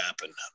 happen